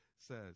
says